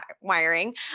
wiring